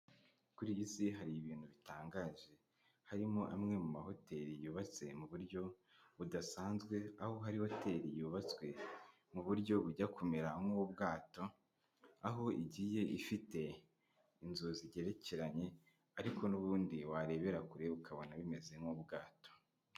Kuri iyi si hari ibintu bitangaje. Harimo amwe mu mahoteri yubatse mu buryo budasanzwe. Aho hari hoteri yubatswe mu buryo bujya kumera nk'ubwato, aho igiye ifite inzu zigerekeranye ariko n'ubundi warebera kure ukabona bimeze nk'ubwato.